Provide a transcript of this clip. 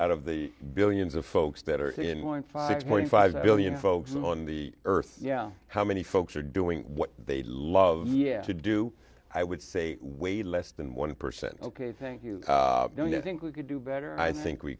out of the billions of folks better to anoint five point five billion folks live on the earth yeah how many folks are doing what they'd love to do i would say way less than one percent ok thank you don't you think we could do better i think we